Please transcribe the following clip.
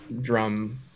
drum